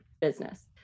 business